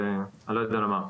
אני לא יודע לומר.